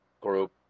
group